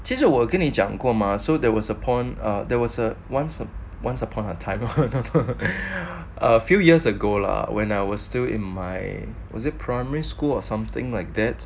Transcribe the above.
其实我跟你讲过 mah so there was upon or there was a once uh once upon a time for a few years ago lah when I was still in my was a primary school or something like that